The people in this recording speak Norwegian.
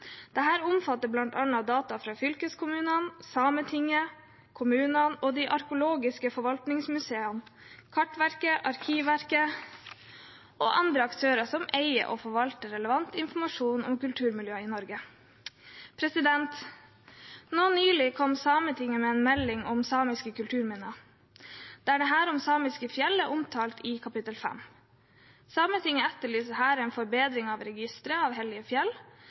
omfatter bl.a. data fra fylkeskommunene, Sametinget, kommunene, de arkeologiske forvaltningsmuseene, Kartverket, Arkivverket og andre aktører som eier og forvalter relevant informasjon om kulturmiljøer i Norge. Nå nylig kom Sametinget med en melding om samiske kulturminner, der dette om samiske fjell er omtalt i kapittel 5. Sametinget etterlyser her en forbedring av registreringen av hellige fjell.